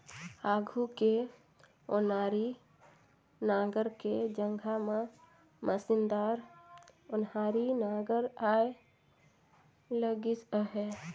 आघु के ओनारी नांगर के जघा म मसीनदार ओन्हारी नागर आए लगिस अहे